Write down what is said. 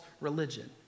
religion